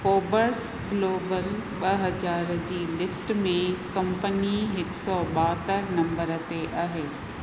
Forbes global ॿ हज़ार जी लिस्ट में कम्पनी हिकु सौ ॿहतरि नम्बर ते आहे